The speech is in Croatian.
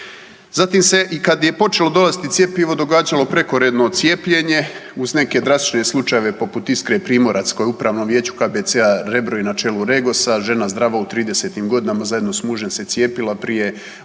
Zatim se i kada je počelo dolaziti cjepivo događalo prekoredno cijepljenje uz neke drastične slučajeve poput Iskre Primorac koja je u Upravnom vijeću KBC-a Rebro i na čelu REGOS-a, žena zdrava u tridesetim godinama zajedno s mužem se cijepila prije onih